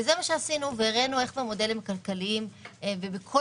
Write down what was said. זה מה שעשינו והראינו איך במודלים הכלכליים ובכל